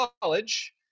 college